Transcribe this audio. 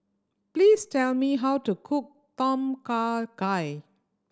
please tell me how to cook Tom Kha Gai